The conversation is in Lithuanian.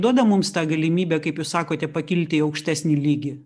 duoda mums tą galimybę kaip jūs sakote pakilti į aukštesnį lygį